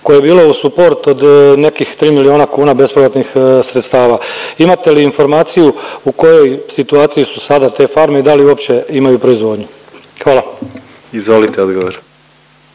koje je bilo uz suprot od nekih 3 miliona kuna bespovratnih sredstava. Imate li informaciju u kojoj situaciji su sada te farme i da li uopće imaju proizvodnju? Hvala. **Jandroković,